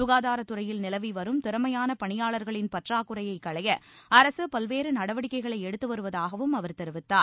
சுகாதாரத்துறையில் நிலவி வரும் திறமையான பணியாளர்களின் பற்றாக்குறையை களைய அரசு பல்வேறு நடவடிக்கைகளை எடுத்து வருவதாகவும் அவர் தெரிவித்தார்